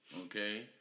okay